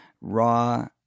raw